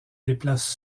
déplace